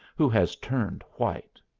who has turned white.